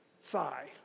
thigh